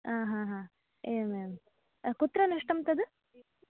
हा हा हा एवम् एवम् कुत्र नष्टं तत्